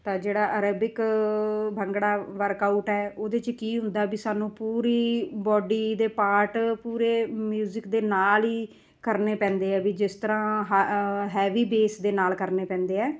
ਤਾਂ ਜਿਹੜਾ aerobic bhangra workout ਹੈ ਉਹਦੇ 'ਚ ਕੀ ਹੁੰਦਾ ਵੀ ਸਾਨੂੰ ਪੂਰੀ ਬਾਡੀ ਦੇ ਪਾਰਟ ਪੂਰੇ ਮਿਊਜ਼ਿਕ ਦੇ ਨਾਲ ਹੀ ਕਰਨੇ ਪੈਂਦੇ ਆ ਵੀ ਜਿਸ ਤਰ੍ਹਾਂ ਹੈਵੀ ਬੇਸ ਦੇ ਨਾਲ ਕਰਨੇ ਪੈਂਦੇ ਹੈ